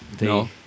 No